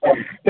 अ